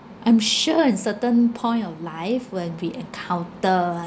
I'm sure in certain point of life when we encounter